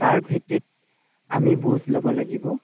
তাৰ ভিত্তিত আমি বুজ ল'ব লাগিব